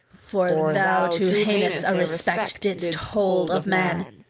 for thou too heinous a respect didst hold of man,